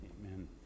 Amen